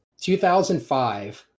2005